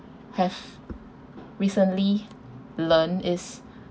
have recently learnt is